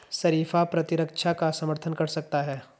शरीफा प्रतिरक्षा का समर्थन कर सकता है